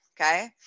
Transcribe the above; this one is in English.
okay